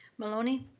maloney?